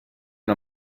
una